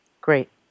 Great